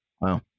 Wow